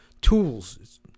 tools